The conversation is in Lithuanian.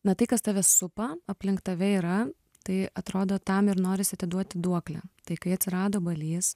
na tai kas tave supa aplink tave yra tai atrodo tam ir norisi atiduoti duoklę tai kai atsirado balys